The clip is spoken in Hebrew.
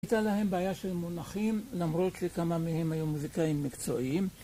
הייתה להם בעיה של מונחים, למרות שכמה מהם היו מוזיקאים מקצועיים